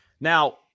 Now